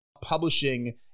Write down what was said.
Publishing